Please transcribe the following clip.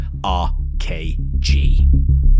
RKG